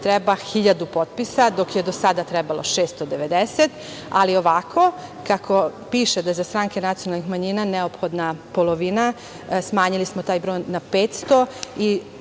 treba hiljadu potpisa, dok je do sada trebalo 690, ali ovako kako piše, da je za stranke nacionalnih manjina neophodna polovina, smanjili smo taj broj na 500.